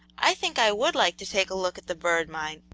i think i would like to take a look at the bird mine!